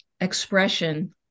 expression